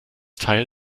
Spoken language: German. teil